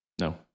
No